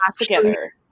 together